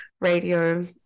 radio